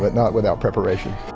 but not without preparation.